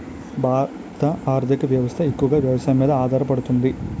భారత ఆర్థిక వ్యవస్థ ఎక్కువగా వ్యవసాయం మీద ఆధారపడుతుంది